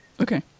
okay